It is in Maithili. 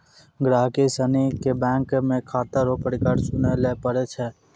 गहिकी सनी के बैंक मे खाता रो प्रकार चुनय लै पड़ै छै